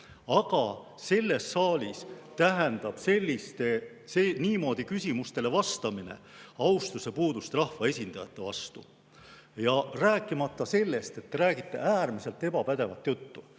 aga selles saalis tähendab niimoodi küsimustele vastamine austuse puudumist rahvaesindajate vastu. Rääkimata sellest, et te räägite äärmiselt ebapädevat juttu.